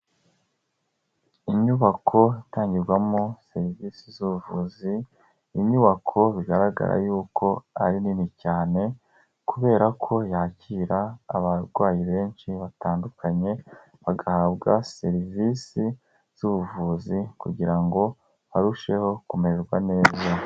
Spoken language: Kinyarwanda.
Inyubako itangirwamo serivisi z'ubuvuzi, inyubako bigaragara yuko ari nini cyane kubera ko yakira abarwayi benshi batandukanye, bagahabwa serivisi z'ubuvuzi kugira ngo barusheho kumererwa neza.